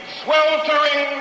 sweltering